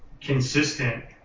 consistent